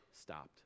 stopped